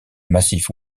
massif